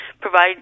provide